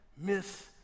miss